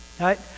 right